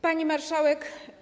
Pani Marszałek!